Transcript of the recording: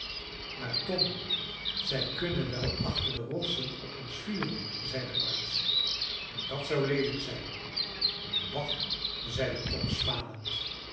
maar tom zij kunnen wel achter de rotsen op ons vuren zeide marks en dat zou leelijk zijn ba zeide tom smalend